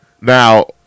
Now